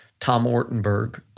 tom wartenberg